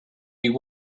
you